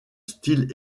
style